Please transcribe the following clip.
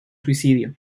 suicidio